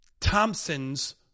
Thompson's